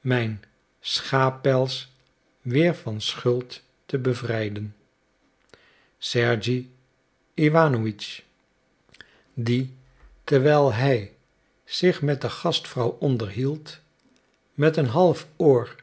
mijn schaappels weer van schuld te bevrijden sergej iwanowitsch die terwijl hij zich met de gastvrouw onderhield met een half oor